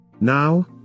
Now